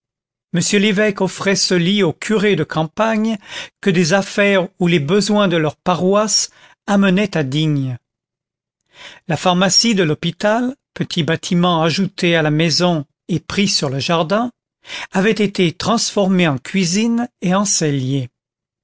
m l'évêque offrait ce lit aux curés de campagne que des affaires ou les besoins de leur paroisse amenaient à digne la pharmacie de l'hôpital petit bâtiment ajouté à la maison et pris sur le jardin avait été transformée en cuisine et